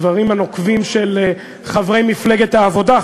לדברים הנוקבים של חברי מפלגת העבודה,